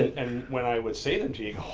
and when i would say them to